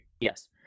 Yes